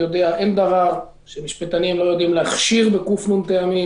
יודע שאין דבר שמשפטים לא יודעים להכשיר או לאסור.